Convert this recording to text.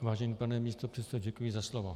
Vážený pane místopředsedo, děkuji za slovo.